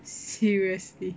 seriously